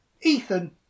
Ethan